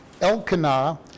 Elkanah